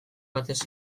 batez